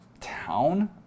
Town